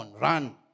run